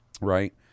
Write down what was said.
right